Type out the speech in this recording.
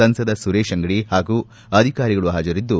ಸಂಸದ ಸುರೇಶ್ ಅಂಗಡಿ ಹಾಗೂ ಅಧಿಕಾರಿಗಳು ಹಾಜರಿದ್ದು